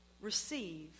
Receive